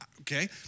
Okay